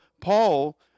Paul